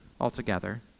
altogether